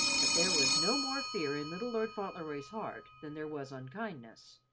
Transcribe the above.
but there was no more fear in little lord fauntleroy's heart than there was unkindness,